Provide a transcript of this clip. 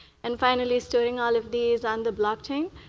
and finally, storing all of these on the blockchain,